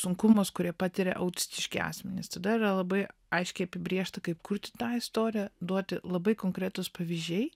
sunkumus kurie patiria autistiški asmenys tada yra labai aiškiai apibrėžta kaip kurti tą istoriją duoti labai konkretūs pavyzdžiai